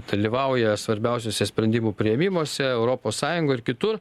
dalyvauja svarbiausiuose sprendimų priėmimuose europos sąjungoj ir kitur